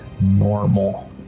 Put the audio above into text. normal